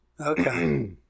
Okay